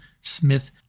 Smith